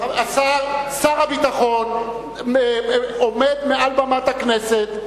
שר הביטחון עומד מעל במת הכנסת,